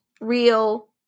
real